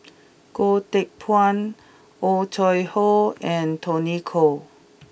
Goh Teck Phuan Oh Chai Hoo and Tony Khoo